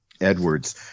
Edwards